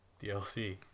DLC